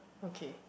okay